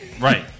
Right